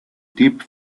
deep